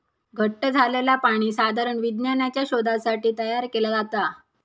घट्ट झालंला पाणी साधारण विज्ञानाच्या शोधासाठी तयार केला जाता